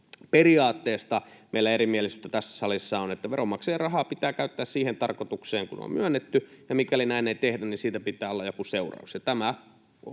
periaatteesta meillä on erimielisyyttä tässä salissa. Veronmaksajien rahaa pitää käyttää siihen tarkoitukseen kuin se on myönnetty, ja mikäli näin ei tehdä, niin siitä pitää olla joku seuraus.